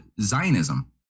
Zionism